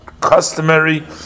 customary